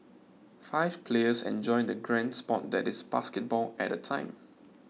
five players enjoy the grand sport that is basketball at a time